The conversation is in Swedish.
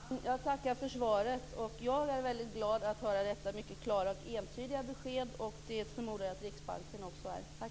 Fru talman! Jag tackar för svaret. Jag är väldigt glad över att få detta mycket klara och entydiga besked, och det förmodar jag att Riksbanken också är.